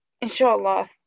inshallah